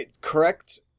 correct